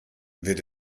wird